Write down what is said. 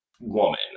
woman